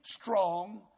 strong